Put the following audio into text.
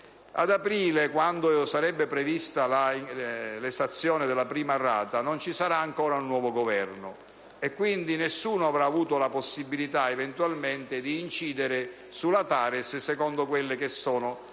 ad aprile, quando sarebbe prevista l'esazione della prima rata non ci sarà ancora il nuovo Governo, quindi, nessuno avrà avuto la possibilità eventualmente di incidere sulla TARES, secondo le sue propensioni